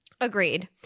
Agreed